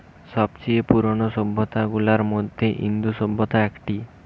সব চেয়ে পুরানো সভ্যতা গুলার মধ্যে ইন্দু সভ্যতা একটি